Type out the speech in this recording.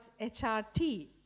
HRT